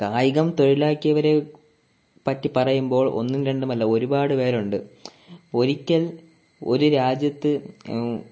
കായികം തൊഴിലാക്കിയവരെ പറ്റി പറയുമ്പോൾ ഒന്നും രണ്ടുമല്ല ഒരുപാടു പേരുണ്ട് ഇപ്പോൾ ഒരിക്കൽ ഒരു രാജ്യത്ത്